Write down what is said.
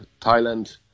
Thailand